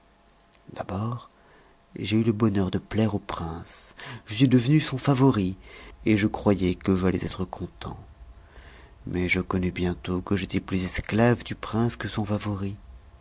d'abord j'ai eu le bonheur de plaire au prince je suis devenu son favori et je croyais que j'allais être content mais je connus bientôt que j'étais plus esclave du prince que son favori